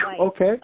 Okay